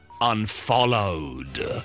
Unfollowed